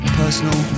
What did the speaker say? personal